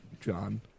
John